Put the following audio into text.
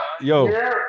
Yo